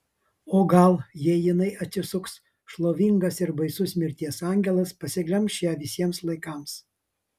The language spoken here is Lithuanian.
o gal jei jinai atsisuks šlovingas ir baisus mirties angelas pasiglemš ją visiems laikams